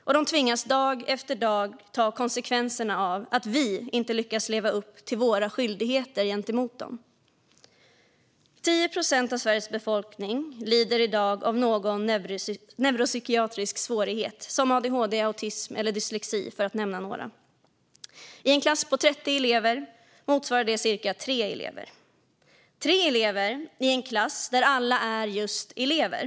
Och de tvingas dag efter dag ta konsekvenserna av att vi inte lyckas leva upp till våra skyldigheter gentemot dem. 10 procent av Sveriges befolkning lider i dag av någon typ av neuropsykiatrisk svårighet, som adhd, autism eller dyslexi, för att nämna några exempel. I en klass på 30 elever motsvarar det cirka tre elever. Det är tre elever i en klass där alla är just elever.